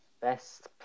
best